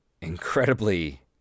incredibly